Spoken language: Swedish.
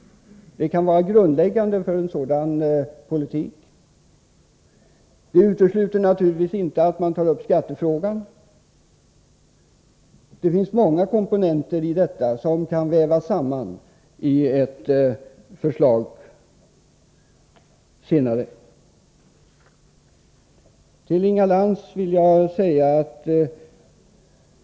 Detta kan vara grundläggande för politiken på det här området. Det utesluter naturligtvis inte att man tar upp skattefrågan. Det finns många komponenter här som kan vävas samman i ett senare förslag.